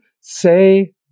say